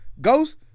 Ghost